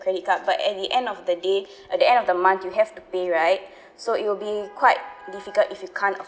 credit card but at the end of the day at the end of the month you have to pay right so it will be quite difficult if you can't